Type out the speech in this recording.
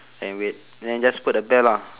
and wait then just put the bell lah